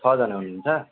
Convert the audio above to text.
छजना हुनुहुन्छ